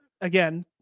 again